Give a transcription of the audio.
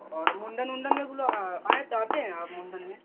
और मुंडन उंडन में बुला आएँ तो आते हैं आप मुंडन में